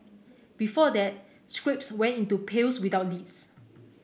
before that scraps went into pails without lids